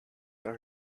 are